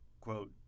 Quote